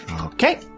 Okay